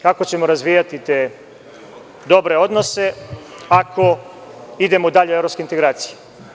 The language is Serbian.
Kako ćemo razvijati te dobre odnose ako idemo dalje u evropske integracije?